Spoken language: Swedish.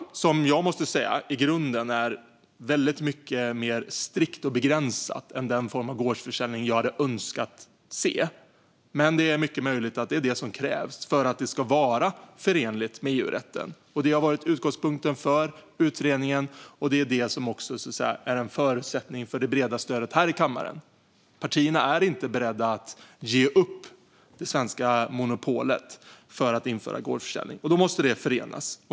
Förslaget är, måste jag säga, i grunden väldigt mycket mer strikt och begränsat än den typ av gårdsförsäljning jag hade önskat se, men det är mycket möjligt att det är vad som krävs för att det ska vara förenligt med EU-rätten. Det har varit utgångspunkten för utredningen, och det är en förutsättning för det breda stödet i kammaren. Partierna här inne är inte är redo att ge upp det svenska monopolet för att införa gårdsförsäljning, och då måste det förenas.